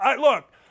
Look